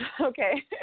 okay